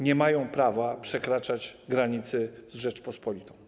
Nie mają prawa przekraczać granicy z Rzecząpospolitą.